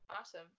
awesome